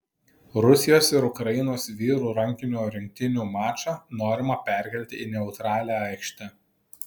rusijos ir ukrainos vyrų rankinio rinktinių mačą norima perkelti į neutralią aikštę